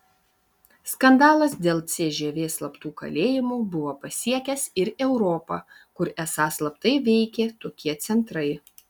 skandalas dėl cžv slaptų kalėjimų buvo pasiekęs ir europą kur esą slaptai veikė tokie centrai